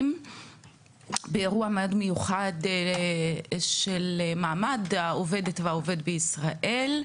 באירוע מאוד מיוחד של מעמד העובדת והעובד בישראל,